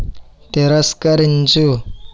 తిరస్కరించు